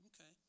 okay